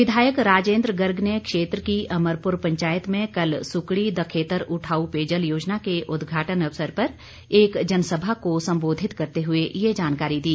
विधायक राजेंद्र गर्ग ने क्षेत्र की अमरपुर पंचायत में कल सुकड़ी दखेतर उठाऊ पेयजल योजना के उद्घाटन अवसर पर एक जनसभा को संबोधित करते हुए यह जानकारी दी